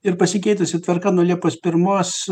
ir pasikeitusi tvarka nuo liepos pirmos